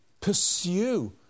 pursue